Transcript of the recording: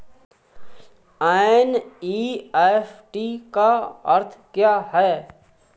NEFT का अर्थ क्या है?